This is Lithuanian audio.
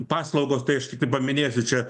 paslaugos tai aš tiktai paminėsiu čia